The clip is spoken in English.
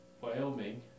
Wyoming